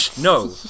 no